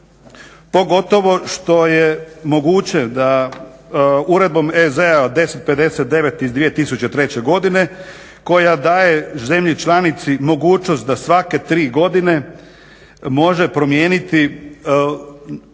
pogotovo što je moguće da Uredbom EZ 1059/2003 koja daje zemlji članici da svake tri godine može promijeniti